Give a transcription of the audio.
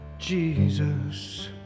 Jesus